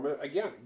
again